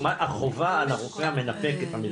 החובה על הרופא המנפק את המרשם,